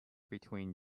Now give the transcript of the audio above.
between